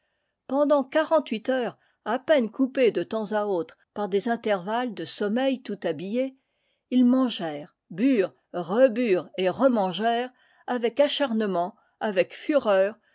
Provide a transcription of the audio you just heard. pendant quarante-huit heures à peine coupées de temps à autre par des intervalles de sommeil tout habillé ils mangè rent burent reburent et remangèrent avec acharnement avec fureur